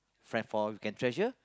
friend for you can treasure